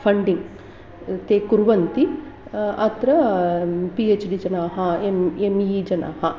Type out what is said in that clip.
funding ते कुर्वन्ति अत्र पिएच्डि जनाः एम् एम् इ जनाः